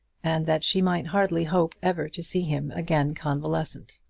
and that she might hardly hope ever to see him again convalescent.